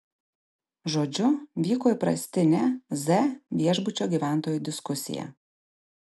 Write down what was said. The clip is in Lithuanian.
žodžiu vyko įprastinė z viešbučio gyventojų diskusija